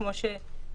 כמו שיפית ציינה קודם.